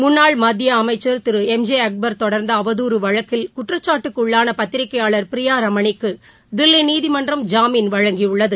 முன்னாள் மத்திய அமைச்சர் திரு எம் ஜே அக்பர் தொடர்ந்த அவதுறு வழக்கில் குற்றச்சாட்டுக்குள்ளான பத்திரிகையாளர் பிரியா ரமணிக்கு தில்வி நீதிமன்றம் ஜாமின் வழங்கியுள்ளது